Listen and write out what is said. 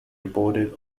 reported